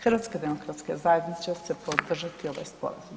HDZ će podržati ovaj Sporazum.